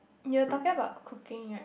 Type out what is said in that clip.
you're talking about cooking right